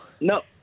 No